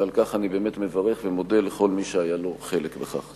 ועל כך אני באמת מברך ומודה לכל מי שהיה לו חלק בכך.